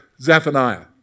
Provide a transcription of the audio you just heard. Zephaniah